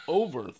over